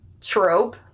trope